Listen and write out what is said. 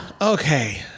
Okay